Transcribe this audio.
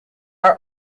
are